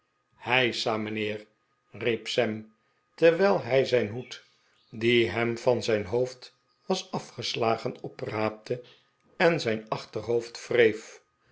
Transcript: heisa mijnheer riep sam terwijl hij zijn hoed die hem van zijn hoofd was geslagen opraapte en zijn achterhoofd wreef